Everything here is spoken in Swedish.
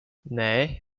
nej